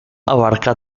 abarca